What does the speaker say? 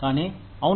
కానీ అవును